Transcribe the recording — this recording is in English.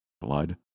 Blood